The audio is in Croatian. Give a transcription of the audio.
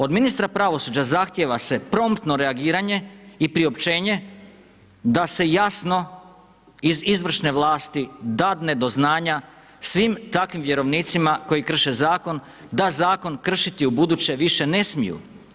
Od ministra pravosuđa zahtijeva se promptno reagiranje i priopćenje da se jasno iz izvršne vlasti dadne do znanja svim takvim vjerovnicima koji krše zakon, da zakon kršiti ubuduće više ne smiju.